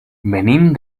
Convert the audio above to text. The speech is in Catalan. venim